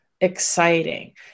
exciting